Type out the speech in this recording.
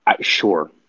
Sure